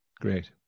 Great